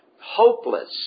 hopeless